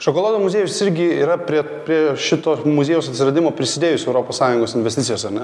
šokolado muziejus irgi yra prie prie šito muziejaus atsiradimo prisidėjus europos sąjungos investicijos ar ne